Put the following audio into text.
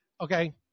Okay